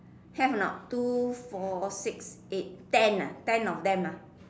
have or not two four six eight ten ah ten of them ah